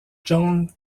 john